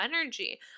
energy